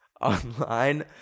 online